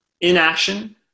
inaction